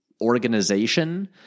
organization